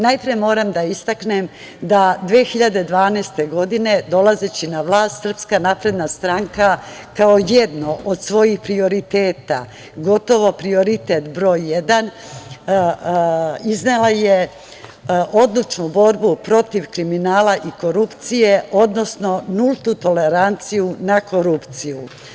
Najpre moram da istaknem da 2012. godine dolazeći na vlast SNS kao jedno od svojih prioriteta, gotovo prioritet broj jedan, iznela je odlučnu borbu protiv kriminala i korupcije, odnosno nultu toleranciju na korupciju.